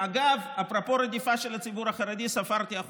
אגב, אפרופו רדיפה של הציבור החרדי, ספרתי אחוזים,